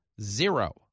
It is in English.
Zero